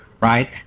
right